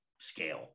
scale